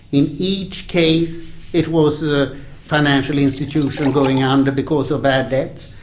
in each case it was a financial institution going under because of bad debts,